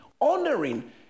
Honoring